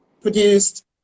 produced